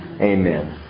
Amen